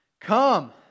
come